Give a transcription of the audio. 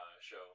show